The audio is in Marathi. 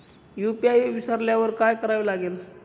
यू.पी.आय विसरल्यावर काय करावे लागेल?